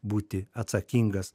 būti atsakingas